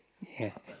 yeah